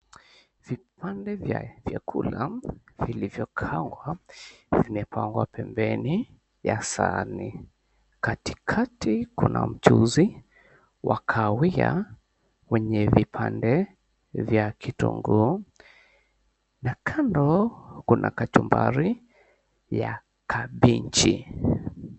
Vipande vya vyakula vilivyo kangwa vime pangwa pembeni mwa sahani katikati kuna mchuzi wa kahawia wenye vipande vya vitunguu na kando kuna kachumbari ya kabeji.